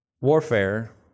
Warfare